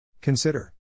Consider